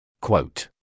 quote